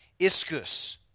iskus